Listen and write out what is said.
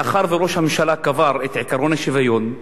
מאחר שראש הממשלה קבר את עקרון השוויון,